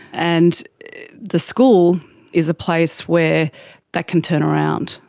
and the school is a place where that can turn around,